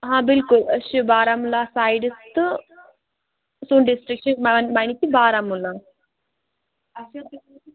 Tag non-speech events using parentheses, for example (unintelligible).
آ بِلکُل أسۍ چھِ بارامَلا سایِڈٕ تہٕ تہٕ ڈِسٹرکٹ چھُ (unintelligible) بارامُلا